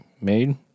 made